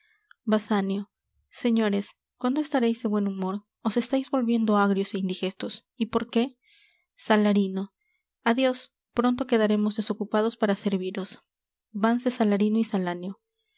basanio señores cuándo estareis de buen humor os estais volviendo ágrios é indigestos y por qué salarino adios pronto quedaremos desocupados para serviros vanse salarino y